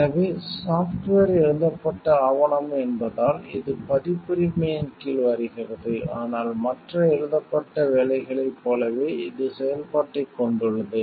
எனவே சாஃப்ட்வேர் எழுதப்பட்ட ஆவணம் என்பதால் இது பதிப்புரிமையின் கீழ் வருகிறது ஆனால் மற்ற எழுதப்பட்ட வேலைகளைப் போலவே இது செயல்பாட்டைக் கொண்டுள்ளது